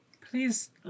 please